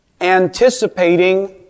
Anticipating